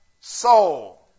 soul